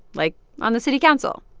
like on the city council.